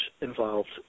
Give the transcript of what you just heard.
involved